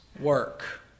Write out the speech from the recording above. Work